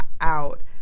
out